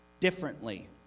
differently